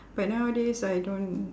but nowadays I don't